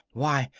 why,